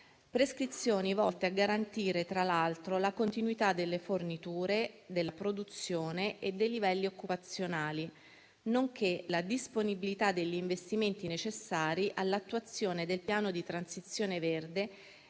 interrogante, volte a garantire, tra l'altro, la continuità delle forniture, della produzione e dei livelli occupazionali, nonché la disponibilità degli investimenti necessari all'attuazione del piano di transizione verde